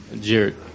Jared